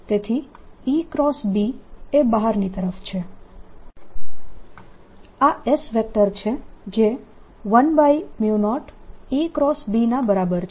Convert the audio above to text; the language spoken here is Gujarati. તેથી EB એ બહારની તરફ છે આ S વેક્ટર છે જે 10EB ના બરાબર છે